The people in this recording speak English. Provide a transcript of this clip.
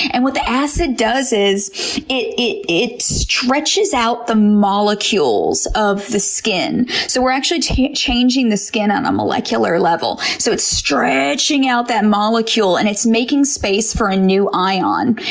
and what the acid does is it it stretches out the molecules of the skin. so we're actually changing the skin on a molecular level. so it's stretching out that molecule and it's making space for a new ion.